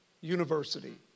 University